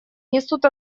несут